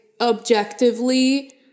objectively